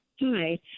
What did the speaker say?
Hi